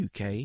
UK